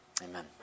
Amen